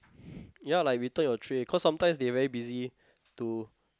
ya like return your tray cause sometimes they very busy to